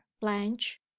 blanche